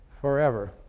forever